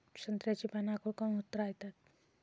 संत्र्याची पान आखूड काऊन होत रायतात?